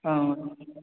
ஆ